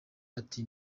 ati